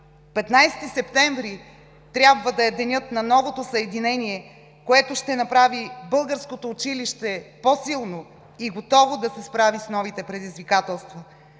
15 септември трябва да е Денят на новото съединение, което ще направи българското училище по-силно и готово да се справи с новото предизвикателство!